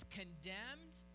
condemned